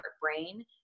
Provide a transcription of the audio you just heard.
brain